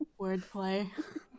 Wordplay